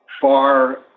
far